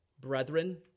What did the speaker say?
brethren